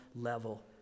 level